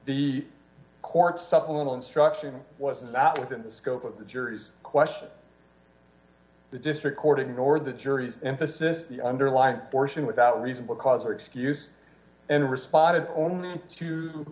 the court supplemental instruction was not within the scope of the jury's questions the district court ignored the jury emphasis the underlying portion without reasonable cause or excuse and responded only to